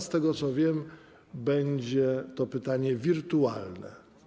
Z tego, co wiem, będzie to pytanie wirtualne.